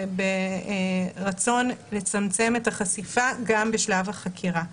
ברצון לצמצם את החשיפה גם בשלב החקירה.